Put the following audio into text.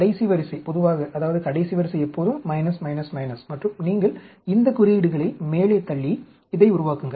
கடைசி வரிசை பொதுவாக அதாவது கடைசி வரிசை எப்போதும் மற்றும் நீங்கள் இந்த குறியீடுகளை மேலே தள்ளி இதை உருவாக்குங்கள்